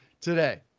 today